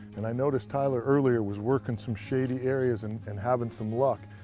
and i noticed tyler earlier was working some shady areas and and having some luck.